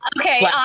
Okay